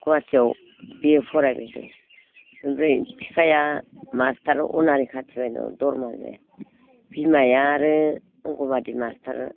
गुवाहाटीयाव बि ए फरायबाय दं ओमफ्राय बिफाया मास्टार अनारि खाथिबाय दं दरमा जाया बिमाया आरो अंग'नबादि मास्टार